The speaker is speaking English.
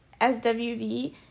SWV